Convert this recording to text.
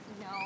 No